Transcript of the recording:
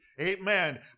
Amen